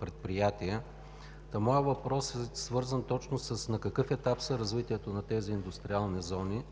предприятия. Моят въпрос е: на какъв етап е развитието на тези индустриални зони?